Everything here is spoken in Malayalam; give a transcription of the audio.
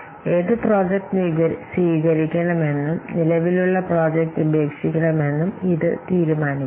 ഏത് പ്രോജക്റ്റ് സ്വീകരിക്കണമെന്നും നിലവിലുള്ള പ്രോജക്റ്റ് ഉപേക്ഷിക്കണമെന്നും ഇത് തീരുമാനിക്കും